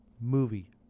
movie